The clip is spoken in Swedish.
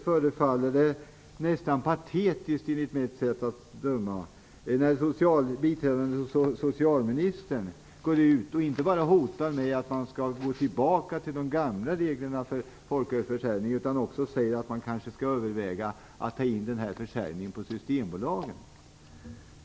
Då förefaller det nästan patetiskt, enligt mitt sätt att döma, att biträdande socialministern inte bara hotar med att man skall gå tillbaka till de gamla reglerna för folkölsförsäljning utan också säger att man skall överväga att ta in denna försäljning på Systembolaget.